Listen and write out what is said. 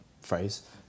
phrase